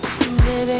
Baby